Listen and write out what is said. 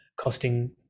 costing